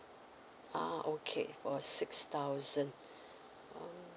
ah okay for six thousand oh